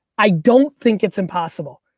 i don't think it's impossible.